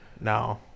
No